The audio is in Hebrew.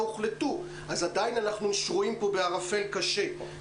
הוחלטו אז עדיין אנחנו שרויים פה בערפל קשה,